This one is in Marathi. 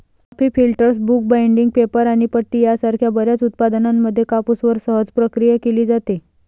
coffee filters, book binding, paper आणि पट्टी यासारख्या बर्याच उत्पादनांमध्ये कापूसवर सहज प्रक्रिया केली जाते